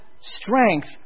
strength